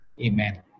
Amen